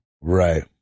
Right